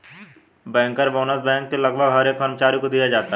banker bonus bank के लगभग हर एक कर्मचारी को दिया जाता है